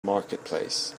marketplace